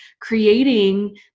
creating